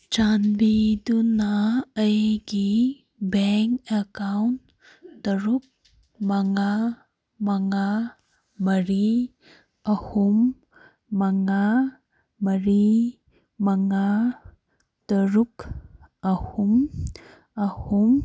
ꯆꯥꯟꯕꯤꯗꯨꯅ ꯑꯩꯒꯤ bank account ꯇꯔꯨꯛ ꯃꯉꯥ ꯃꯉꯥ ꯃꯔꯤ ꯑꯍꯨꯝ ꯃꯉꯥ ꯃꯔꯤ ꯃꯉꯥ ꯇꯔꯨꯛ ꯑꯍꯨꯝ ꯑꯍꯨꯝ